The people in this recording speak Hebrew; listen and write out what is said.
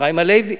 אפרים הלוי.